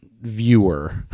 viewer